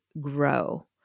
grow